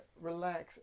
relax